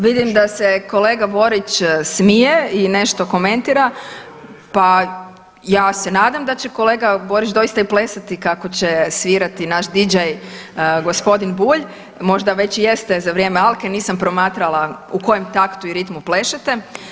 Vidim da se kolega Borić smije i nešto komentira, pa ja se nadam da će kolega Borić doista i plesati kako će svirati naš deejay g. Bulj, možda već jeste za vrijeme Alke, nisam promatrala u kojem taktu i ritmu plešete.